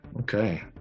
okay